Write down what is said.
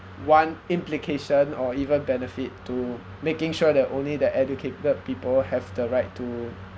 one implication or even benefit to making sure that only the educated people have the right to